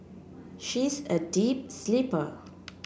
she's a deep sleeper